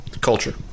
culture